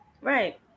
Right